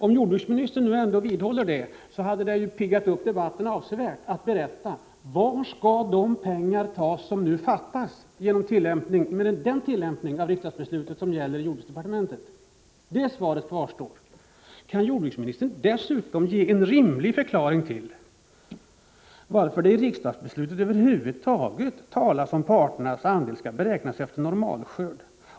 Om jordbruksministern nu vidhåller det han säger, så skulle det pigga upp debatten avsevärt om han berättade varifrån de pengar skall tas som nu fattas genom den tillämpning av riksdagsbeslutet som sker inom jordbruksdepartementet. Det svaret återstår. Kan jordbruksministern för övrigt ge en rimlig förklaring till varför det i riksdagsbeslutet över huvud taget talas om att parternas andel skall beräknas efter normalskörd?